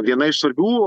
viena iš svarbių